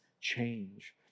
change